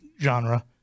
genre